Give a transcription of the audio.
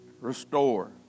restore